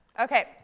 Okay